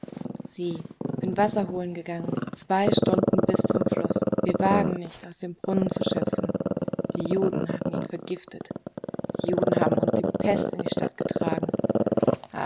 sie bin wasser holen gegangen zwei stunden bis zum fluß wir wagen nicht aus dem brunnen zu schöpfen die juden haben ihn vergiftet die juden haben uns die pest in die stadt getragen